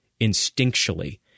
instinctually